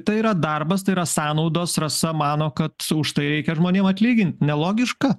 tai yra darbas tai yra sąnaudos rasa mano kad už tai reikia žmonėm atlygint nelogiška